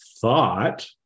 thought